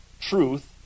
truth